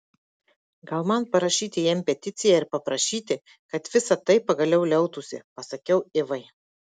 gal man parašyti jam peticiją ir paprašyti kad visa tai pagaliau liautųsi pasakiau ivai